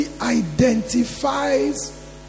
identifies